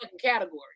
category